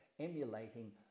emulating